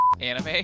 anime